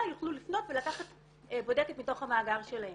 יוכלו לפנות ולקחת בודקת מתוך המאגר שלהם.